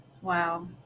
Wow